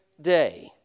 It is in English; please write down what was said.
day